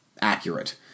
accurate